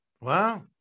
Wow